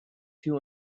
two